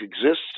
exists